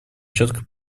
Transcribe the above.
четко